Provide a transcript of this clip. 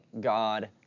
God